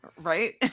Right